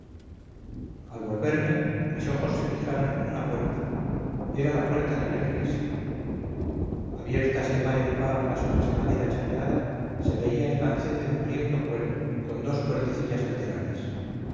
al volverme mis ojos se fijaron en una puerta era la puerta de una iglesia abiertas de par en par las hojas de madera chapeada se veía el cancel de mugriento cuero con dos puertecillas laterales